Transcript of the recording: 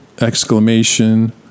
exclamation